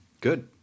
good